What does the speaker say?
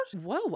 Whoa